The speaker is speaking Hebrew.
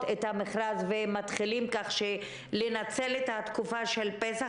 את המכרז ומתחילים לנצל את התקופה של פסח.